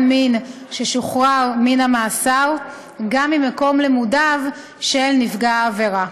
מין ששוחרר מן המאסר גם ממקום לימודיו של נפגע העבירה.